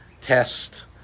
test